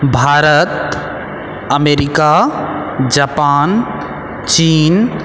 Bharat America Japan चीन